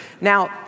Now